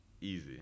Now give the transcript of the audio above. Easy